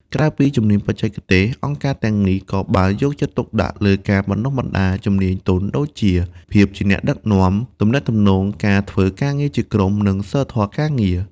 ក្រៅពីជំនាញបច្ចេកទេស អង្គការទាំងនេះក៏បានយកចិត្តទុកដាក់លើការបណ្តុះបណ្តាលជំនាញទន់ដូចជា ភាពជាអ្នកដឹកនាំ ទំនាក់ទំនងការធ្វើការងារជាក្រុម និងសីលធម៌ការងារ។